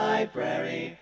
Library